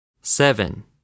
Seven